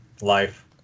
life